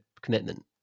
commitment